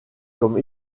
comme